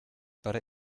butter